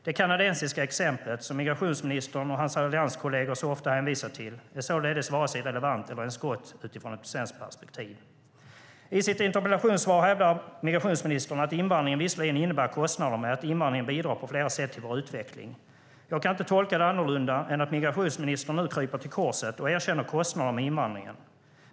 Det kanadensiska exemplet, som migrationsministern och hans allianskolleger ofta hänvisar till, är således vare sig relevant eller ens gott utifrån ett svenskt perspektiv. I sitt interpellationssvar hävdar migrationsministern att invandringen visserligen innebär kostnader men att invandringen på flera sätt bidrar till vår utveckling. Jag kan inte tolka det annorlunda än att migrationsministern nu kryper till korset och erkänner kostnader för invandringen.